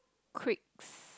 quits